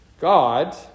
God